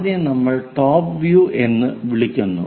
അതിനെ നമ്മൾ top view എന്ന് വിളിക്കുന്നു